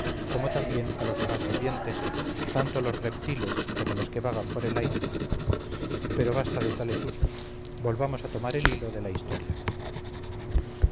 como también a los demás vivientes tanto los reptiles como los que vagan por el aire pero basta de tales usos volvamos a tomar el hilo de la historia